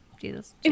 jesus